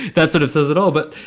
that sort of says it all. but,